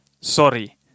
Sorry